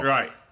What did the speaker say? Right